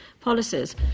policies